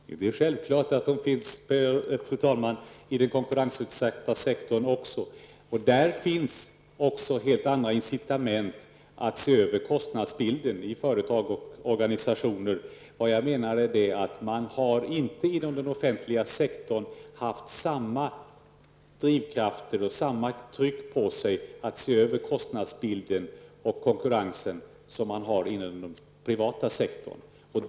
Fru talman! Självfallet finns sådana regler också i den konkurrensutsatta sektorn. Företag och organisationer har helt andra incitament när det gäller att se över kostnadsbilden. Inom den offentliga sektorn har man inte haft samma drivkraft eller samma tryck på sig att se över kostnadsbilden och konkurrensen som man har haft och har i den privata sektorn.